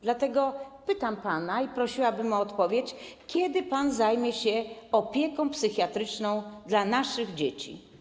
Dlatego pytam pana i prosiłabym o odpowiedź, kiedy pan zajmie się opieką psychiatryczną dla naszych dzieci.